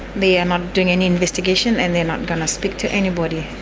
they are not doing any investigations and they're not going to speak to anybody.